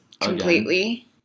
Completely